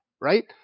right